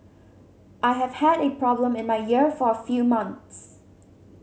I have had a problem in my ear for a few months